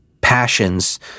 passions